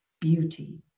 beauty